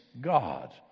God